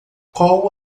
qual